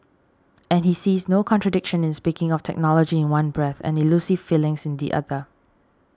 and he sees no contradiction in speaking of technology in one breath and elusive feelings in the other